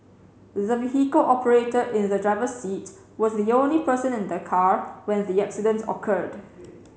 the vehicle operator in the driver's seat was the only person in the car when the accident occurred